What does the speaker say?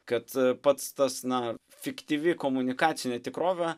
kad pats tas na fiktyvi komunikacinė tikrovė